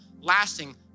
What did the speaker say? lasting